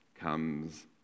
comes